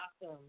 awesome